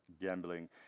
gambling